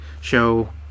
show